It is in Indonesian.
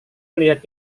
melihat